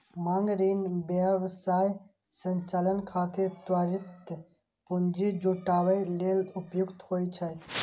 मांग ऋण व्यवसाय संचालन खातिर त्वरित पूंजी जुटाबै लेल उपयुक्त होइ छै